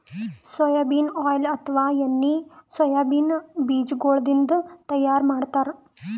soybean oil ಅಥವಾ ಎಣ್ಣಿ soybean ಬಿಜಾಗೋಳಿನ್ದ ತೈಯಾರ್ ಮಾಡ್ತಾರ್